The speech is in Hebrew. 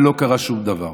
ולא קרה שום דבר.